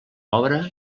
obra